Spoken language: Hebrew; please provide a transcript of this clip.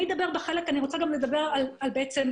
בחלק השני אני רוצה לדבר על הנהלים,